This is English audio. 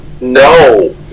no